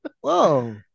whoa